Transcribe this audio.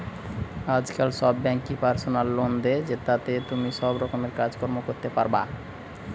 আজকাল সব বেঙ্কই পার্সোনাল লোন দে, জেতাতে তুমি সব রকমের কাজ কর্ম করতে পারবা